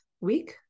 week